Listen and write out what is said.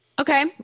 Okay